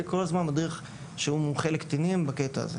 כל הזמן מדריך שהוא מומחה לקטינים בקטע הזה.